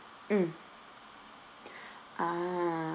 mm ah